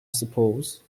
suppose